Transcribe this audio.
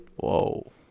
Whoa